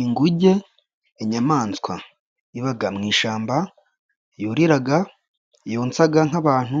Inguge inyamaswa iba mu ishyamba, yurira, yonsa, nk'abantu.